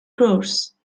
course